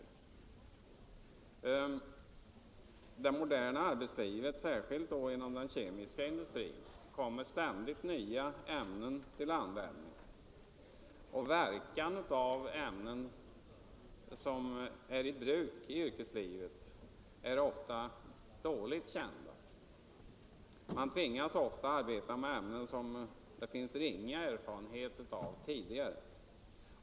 I det moderna arbetslivet, särskilt inom den kemiska industrin, kommer ständigt nya ämnen till användning, och verkningarna av ämnen som är i bruk i yrkeslivet är ofta dåligt kända. Man tvingas ofta arbeta med ämnen som det finns ringa erfarenhet av tidigare.